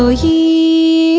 so he